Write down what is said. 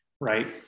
Right